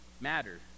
matter